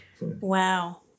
Wow